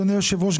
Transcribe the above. אדוני היושב-ראש,